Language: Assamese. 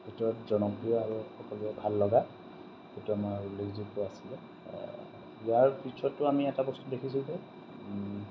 ভিতৰত জনপ্ৰিয় আৰু সকলোৰে ভাল লগা সেইটো আমাৰ উল্লেখযোগ্য আছিলে ইয়াৰ পিছততো আমি এটা বস্তু দেখিছোঁ যে